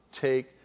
take